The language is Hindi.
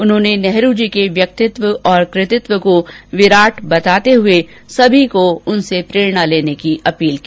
उन्होंने नेहरूजी के व्यक्तित्व और कृतित्व को विराट बताते हुए सभी को उनसे प्रेरणा लेने की अपील की